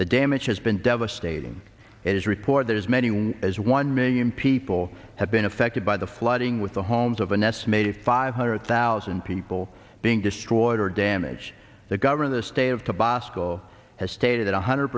the damage has been devastating as report there is many one as one million people have been affected by the flooding with the homes of an estimated five hundred thousand people being destroyed or damaged the government the state of tabasco has stated one hundred